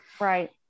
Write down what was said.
Right